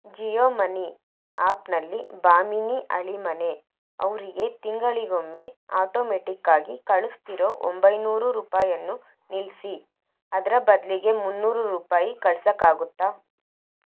Jio money ಆ್ಯಪ್ನಲ್ಲಿ ಭಾಮಿನಿ ಅಳಿಮನೆ ಅವರಿಗೆ ತಿಂಗಳಿಗೊಮ್ಮೆ ಆಟೊಮೆಟ್ಟಿಕ್ಕಾಗಿ ಕಳಸ್ತಿರೊ ಒಂಬೈನೂರು ರೂಪಾಯಿಯನ್ನು ನಿಲ್ಲಿಸಿ ಅದರ ಬದಲಿಗೆ ಮುನ್ನೂರು ರೂಪಾಯಿ ಕಳ್ಸೊಕ್ಕಾಗುತ್ತ